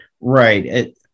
right